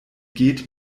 geht